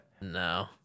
No